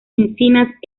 encinas